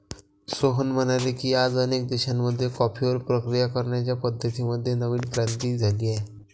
सोहन म्हणाले की, आज अनेक देशांमध्ये कॉफीवर प्रक्रिया करण्याच्या पद्धतीं मध्ये नवीन क्रांती झाली आहे